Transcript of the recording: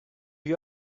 you